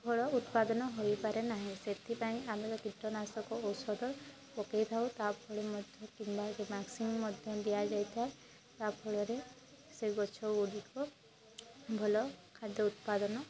ଫଳ ଉତ୍ପାଦନ ହୋଇପାରେ ନାହିଁ ସେଥିପାଇଁ ଆମେ କୀଟନାଶକ ଔଷଧ ପକେଇ ଥାଉ ତା' ଫଳେ ମଧ୍ୟ ହେଇକି ଭ୍ୟାକସିନ୍ ମଧ୍ୟ ଦିଆଯାଇ ଥାଏ ତା' ଫଳରେ ସେ ଗଛ ଗୁଡ଼ିକ ଭଲ ଖାଦ୍ୟ ଉତ୍ପାଦନ